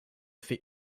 fait